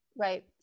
right